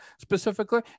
specifically